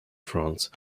france